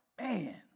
Man